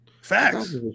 Facts